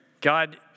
God